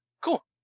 Cool